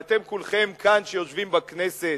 ואתם כולכם כאן, שיושבים בכנסת,